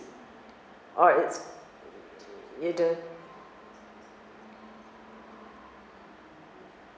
or it's you don't